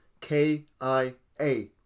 K-I-A